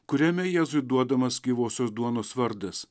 kuriame jėzui duodamas gyvosios duonos vardas